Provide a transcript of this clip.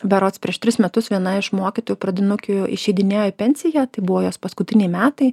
berods prieš tris metus viena iš mokytojų pradinukių išeidinėjo į pensiją tai buvo jos paskutiniai metai